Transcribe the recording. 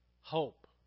hope